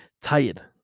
tired